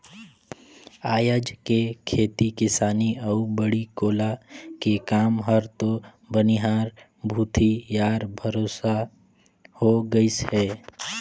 आयज के खेती किसानी अउ बाड़ी कोला के काम हर तो बनिहार भूथी यार भरोसा हो गईस है